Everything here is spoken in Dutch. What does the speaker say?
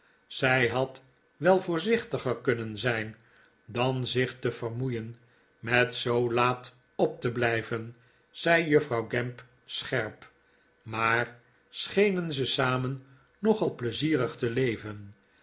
zij had wel voorzichtiger kunnen zijn dan zich te vermoeien met zoo laat op te blijven zei juffrouw gamp scherp maar schenen ze samen nogal pleizierig te leven